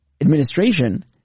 administration